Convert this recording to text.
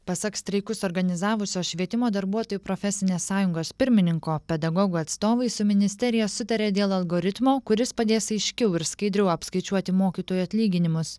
pasak streikus organizavusio švietimo darbuotojų profesinės sąjungos pirmininko pedagogų atstovai su ministerija sutarė dėl algoritmo kuris padės aiškiau ir skaidriau apskaičiuoti mokytojų atlyginimus